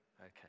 Okay